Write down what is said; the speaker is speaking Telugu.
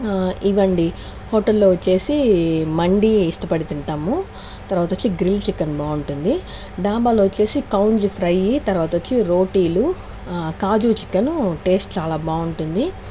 ఇవ్వండి హోటల్లో వచ్చేసి మండి ఇష్టపడి తింటాము తర్వాత వచ్చి గ్రిల్ చికెన్ బాగుంటుంది ధాబాలో వచ్చేసి కౌంజు ఫ్రై తర్వాత వచ్చి రోటీలు కాజు చికెన్ టేస్ట్ చాలా బావుంటుంది